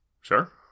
Sure